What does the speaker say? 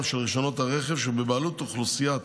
של רישיונות הרכב שבבעלות אוכלוסיית